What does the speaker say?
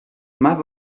más